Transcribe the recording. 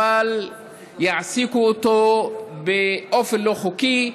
אבל יעסיקו אותו באופן לא חוקי,